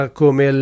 come